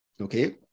Okay